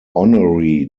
honorary